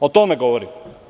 O tome govorim.